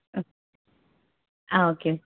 ഓക്ക് ആ ഓക്കെ